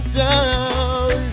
down